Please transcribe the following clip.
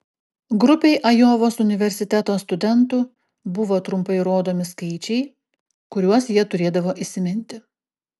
grupei ajovos universiteto studentų buvo trumpai rodomi skaičiai kuriuos jie turėdavo įsiminti